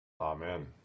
Amen